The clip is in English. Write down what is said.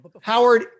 Howard